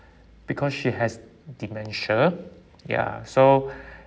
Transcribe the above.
because she has dementia ya so